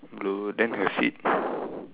blue then her seat